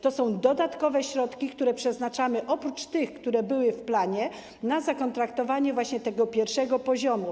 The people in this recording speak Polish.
To są dodatkowe środki, które przeznaczamy, oprócz tych, które były w planie na zakontraktowanie świadczeń właśnie z tego pierwszego poziomu.